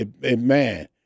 man